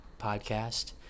podcast